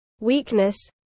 weakness